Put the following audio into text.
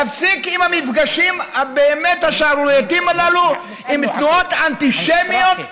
להפסיק עם המפגשים הבאמת-שערורייתיים הללו עם תנועות אנטישמיות,